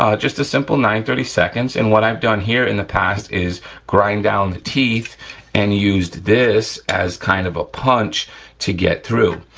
um just a simple nine thirty two and what i've done here in the past is grind down the teeth and used this as kind of a punch to get through.